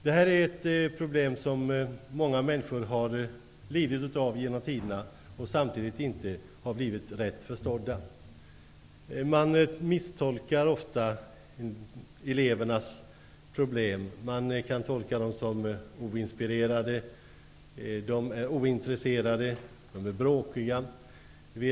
Detta är ett problem som många människor har lidit av genom tiderna samtidigt som de inte har blivit rätt förstådda. Man misstolkar ofta elevernas problem. Man kan tolka dem som oinspirerade, ointresserade eller bråkiga.